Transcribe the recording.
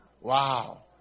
Wow